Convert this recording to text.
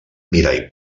mirall